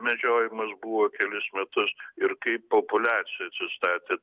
medžiojimas buvo kelis metus ir kaip populiacija atsistatė